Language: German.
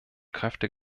kräfte